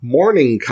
morning